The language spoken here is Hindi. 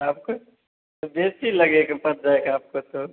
आपको तो बेसी लगेगा पड़ जाएगा आपको तो